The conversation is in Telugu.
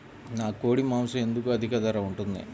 నాకు కోడి మాసం ఎందుకు అధిక ధర ఉంటుంది?